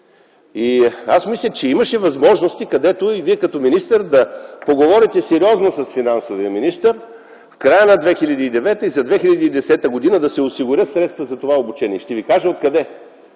И аз мисля, че имаше възможности, където и Вие като министър да поговорите сериозно с финансовия министър. В края на 2009 и за 2010 г. да се осигурят средства за това обучение. Ще Ви кажа откъде.